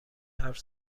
حرف